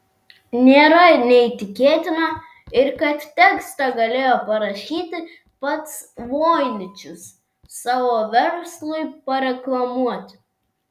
nėra neįtikėtina ir kad tekstą galėjo parašyti pats voiničius savo verslui pareklamuoti